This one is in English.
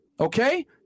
okay